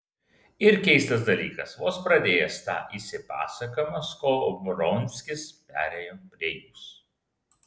ir keistas dalykas vos pradėjęs tą išsipasakojimą skovronskis perėjo prie jūs